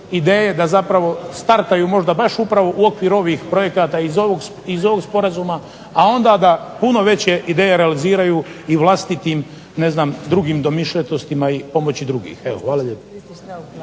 ideje da zapravo startaju možda baš upravo u okvir ovih projekata iz ovog sporazuma, a onda da puno veće realiziraju i vlastitim ne znam drugim domišljatostima i pomoći drugih. Evo, hvala lijepa.